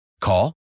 call